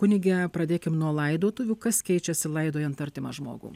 kunige pradėkim nuo laidotuvių kas keičiasi laidojant artimą žmogų